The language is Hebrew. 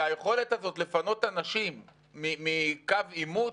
והיכולת הזאת לפנות את האנשים מקו עימות